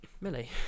millie